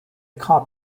cup